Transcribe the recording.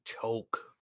choke